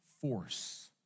force